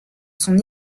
son